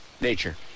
nature